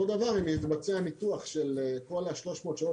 אותו דבר אם יתבצע ניתוח של כל ה-300 שעות